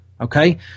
Okay